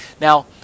Now